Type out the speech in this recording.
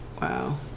wow